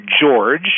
George